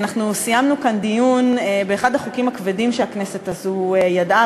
אנחנו סיימנו כאן דיון באחד החוקים הכבדים שהכנסת הזאת ידעה,